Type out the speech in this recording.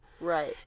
Right